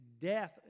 death